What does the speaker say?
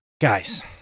Guys